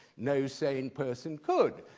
no sane person could.